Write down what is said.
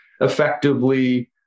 effectively